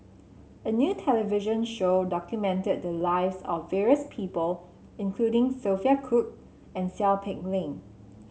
a new television show documented the lives of various people including Sophia Cooke and Seow Peck Leng